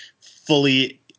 fully